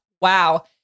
Wow